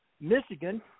Michigan